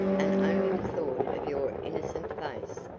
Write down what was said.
and only the thought of your innocent face,